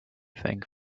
think